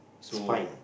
so